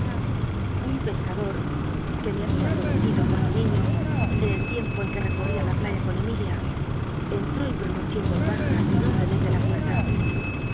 un pescador que me habin conocitlo cuando eñ biblioteca nacional de españa david copperfield niiio en el tiempo en que recorría la playa con emilia entró y pronunció en oz baja mi nombre desde la puerta